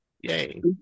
Yay